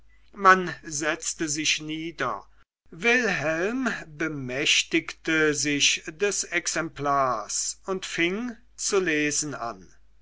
man setzte sich nieder wilhelm bemächtigte sich des exemplars und fing zu lesen an